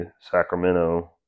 Sacramento